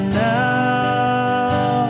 now